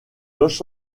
los